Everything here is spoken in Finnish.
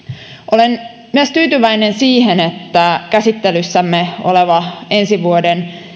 olen tyytyväinen myös siihen että käsittelyssämme oleva ensi vuoden